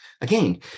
Again